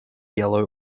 yellow